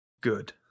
Good